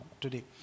today